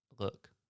look